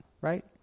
Right